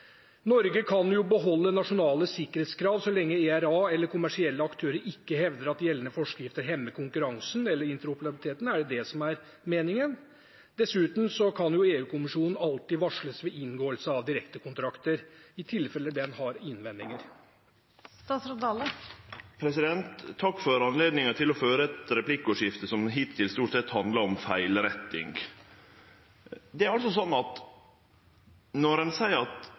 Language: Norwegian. Norge kan beholde nasjonale sikkerhetskrav så lenge ERA eller kommersielle aktører ikke hevder at gjeldende forskrifter hemmer konkurransen eller interoperabiliteten – er det det som er meningen? Dessuten kan EU-kommisjonen alltid varsles ved inngåelse av direktekontrakter, i tilfelle den har innvendinger. Takk for anledninga til å føre eit replikkordskifte som hittil stort sett handlar om feilretting. Ein seier at NSB går med store overskot – ja, det har NSB gjort som følgje av at